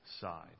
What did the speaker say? side